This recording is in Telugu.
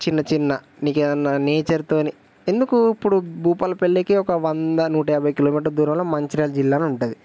చిన్న చిన్న నీకు ఏదన్నా నేచర్తోని ఎందుకు ఇప్పుడు భూపాలపల్లికే ఒక వంద నూటయాభై కిలోమీటర్ల దూరంలో మంచిర్యాల జిల్లా అని ఉంటుంది